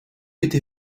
été